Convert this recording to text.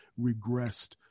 regressed